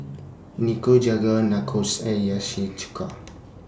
Nikujaga Nachos and Hiyashi Chuka